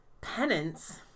Penance